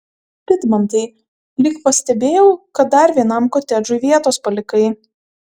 vidmantai lyg pastebėjau kad dar vienam kotedžui vietos palikai